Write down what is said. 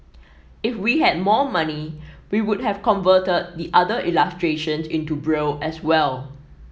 if we had more money we would have converted the other illustrations into Braille as well